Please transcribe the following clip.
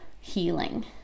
healing